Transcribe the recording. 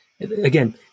Again